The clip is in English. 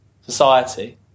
society